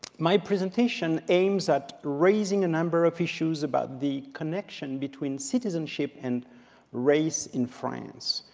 my presentation aims at raising a number of issues about the connection between citizenship and race in france.